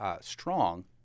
strong